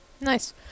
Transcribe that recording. nice